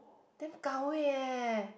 damn gao wei eh